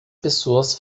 pessoas